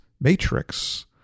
matrix